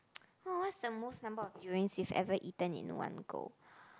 oh what's the most number of durians you've ever eaten in one go